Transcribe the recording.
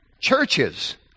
churches